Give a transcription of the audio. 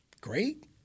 great